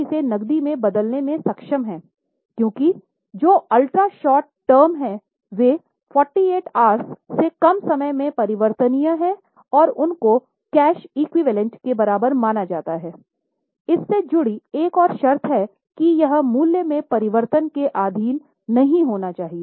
इससे जुड़ी एक और शर्त है कि यह मूल्य में परिवर्तन के अधीन नहीं होना चाहिए